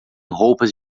roupas